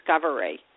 discovery